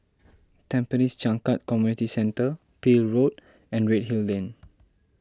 Tampines Changkat Community Centre Peel Road and Redhill Lane